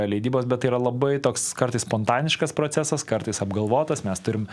leidybos bet tai yra labai toks kartais spontaniškas procesas kartais apgalvotas mes turim